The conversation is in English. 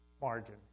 Margin